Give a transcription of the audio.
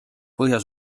põhja